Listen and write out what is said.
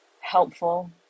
helpful